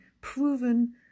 proven